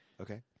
Okay